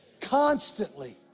constantly